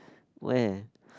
where